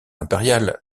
impériale